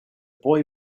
boy